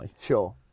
Sure